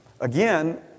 Again